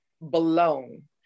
blown